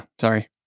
Sorry